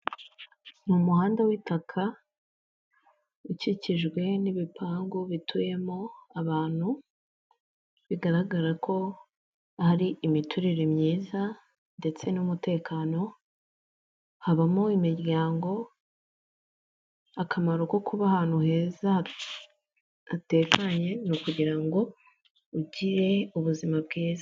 Mu muhanda w'itaka ukikijwe n'ibipangu bituyemo abantu bigaragara ko hari imiturire myiza, ndetse n'umutekano habamo imiryango, akamaro ko kuba ahantu heza hatekanye ni ukugira ngo ugire ubuzima bwiza.